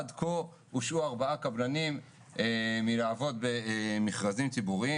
עד כה הושעו 4 קבלנים מלעבוד במכרזים ציבוריים.